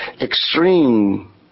extreme